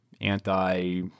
anti